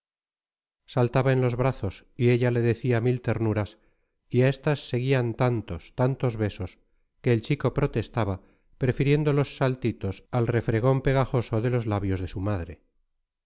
saltaba en los brazos y ella le decía mil ternuras y a estas seguían tantos tantos besos que el chico protestaba prefiriendo los saltitos al refregón pegajoso de los labios de su madre